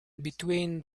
between